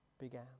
began